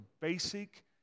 basic